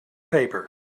paper